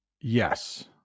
yes